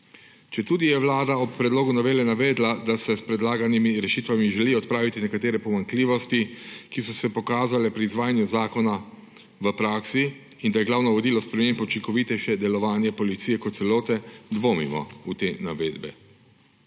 Četudi je vlada ob predlogu novele navedla, da se s predlaganimi rešitvami želijo odpraviti nekatere pomanjkljivosti, ki so se pokazale pri izvajanju zakona v praksi, in da je glavno vodilo sprememb učinkovitejše delovanje policije kot celote, dvomimo v te navedbe.